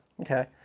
Okay